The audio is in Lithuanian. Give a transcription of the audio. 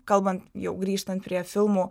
kalbant jau grįžtant prie filmų